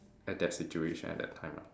at that situation at that time lah